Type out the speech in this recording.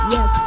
Yes